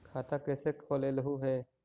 खाता कैसे खोलैलहू हे?